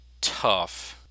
tough